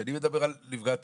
כשאני מדבר על נפגע טרור,